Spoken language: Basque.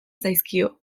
zaizkio